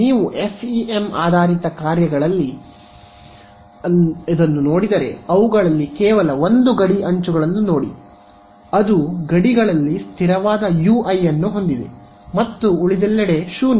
ನೀವು ಎಫ್ಇಎಂ ಆಧಾರಿತ ಕಾರ್ಯಗಳನ್ನು ನೋಡಿದರೆ ಅವುಗಳಲ್ಲಿ ಕೇವಲ ಒಂದು ಗಡಿ ಅಂಚುಗಳನ್ನು ನೋಡಿ ಅದು ಅದು ಗಡಿಗಳಲ್ಲಿ ಸ್ಥಿರವಾದ Ui ಅನ್ನು ಹೊಂದಿದೆ ಮತ್ತು ಉಳಿದೆಲ್ಲೆಡೆ 0